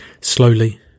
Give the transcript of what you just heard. Slowly